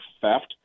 theft